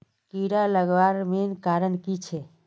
कीड़ा लगवार मेन कारण की छे?